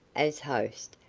as host,